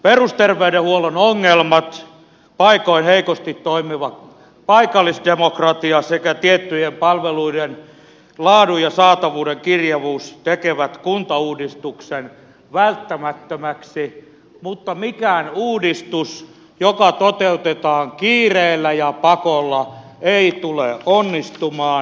perusterveydenhuollon ongelmat paikoin heikosti toimiva paikallisdemokratia sekä tiettyjen palveluiden laadun ja saatavuuden kirjavuus tekevät kuntauudistuksen välttämättömäksi mutta mikään uudistus joka toteutetaan kiireellä ja pakolla ei tule onnistumaan